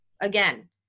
again